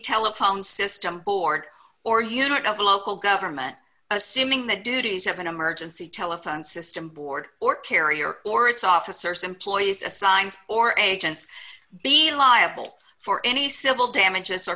telephone system board or unit of the local government assuming the duties of an emergency telephone system board or carrier or its officers employees assigned or agents be liable for any civil damages o